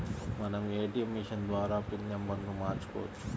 మనం ATM machine ద్వారా PIN నెంబర్ను మార్చుకోవచ్చు